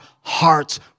hearts